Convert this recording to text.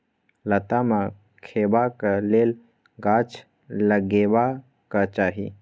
लताम खेबाक लेल गाछ लगेबाक चाही